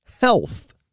health